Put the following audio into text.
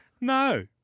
No